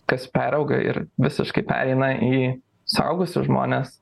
kas perauga ir visiškai pereina į suaugusius žmones